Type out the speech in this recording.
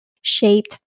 shaped